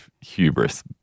hubris